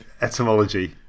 etymology